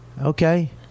okay